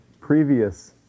previous